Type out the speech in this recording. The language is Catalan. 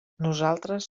nosaltres